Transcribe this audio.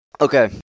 Okay